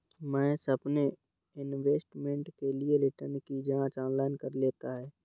महेश अपने इन्वेस्टमेंट के लिए रिटर्न की जांच ऑनलाइन कर लेता है